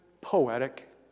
poetic